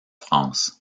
france